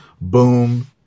Boom